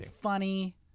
funny